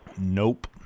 Nope